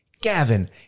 Gavin